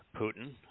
Putin